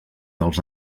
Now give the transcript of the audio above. els